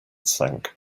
sank